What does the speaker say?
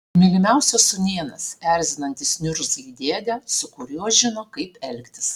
lyg mylimiausias sūnėnas erzinantis niurzglį dėdę su kuriuo žino kaip elgtis